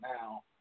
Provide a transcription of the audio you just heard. now